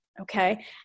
Okay